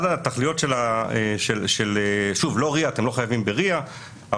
אתם לא חייבים ב-RIA,